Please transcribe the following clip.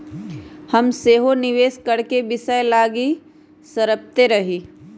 हम सेहो निवेश करेके विषय लागी सपड़इते रही